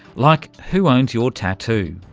like who owns your tattoo?